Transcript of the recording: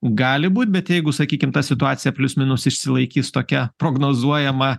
gali būt bet jeigu sakykim ta situacija plius minus išsilaikys tokia prognozuojama